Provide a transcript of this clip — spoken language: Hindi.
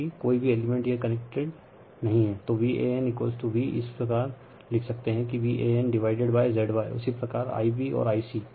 क्योकि कोई भी एलिमेंट यह कनेक्ट नही है तो Van V इसी प्रकार लिख सकते है कि Van डिवाइडेड बाय ZY उसी प्रकार Ibऔर Ic